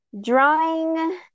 Drawing